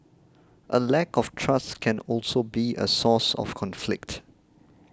a lack of trust can also be a source of conflict